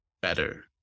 better